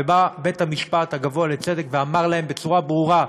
ובא בית-המשפט הגבוה לצדק ואמר להם בצורה ברורה: